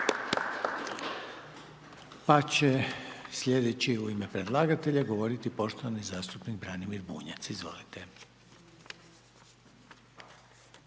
Pa će sljedeći u ime predlagatelja govoriti poštovani zastupnik Branimir Bunjac. Izvolite.